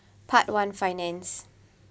part one finance